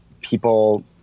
people